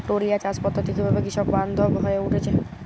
টোরিয়া চাষ পদ্ধতি কিভাবে কৃষকবান্ধব হয়ে উঠেছে?